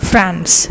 France